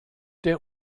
der